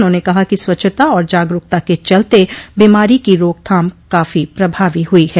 उन्होंने कहा कि स्वच्छता और जागरूकता के चलते बीमारी की रोकथाम काफी प्रभावी हुई है